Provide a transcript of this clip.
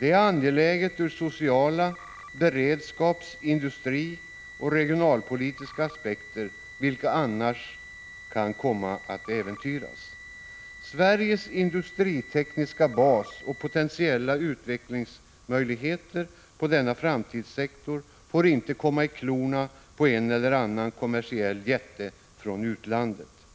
Det är angeläget av sociala skäl liksom ur beredskaps-, industrioch regionalpolitiska aspekter, vilka annars kan komma att äventyras. Sveriges industritekniska bas och potentiella utvecklingsmöjligheter på denna framtidssektor får inte komma i klorna på en eller annan kommersiell jätte från utlandet.